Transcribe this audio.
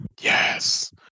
Yes